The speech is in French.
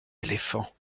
éléphants